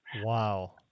Wow